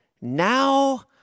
now